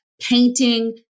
painting